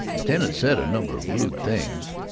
the tenant said a number of rude things,